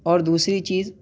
اور دوسری چیز